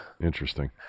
Interesting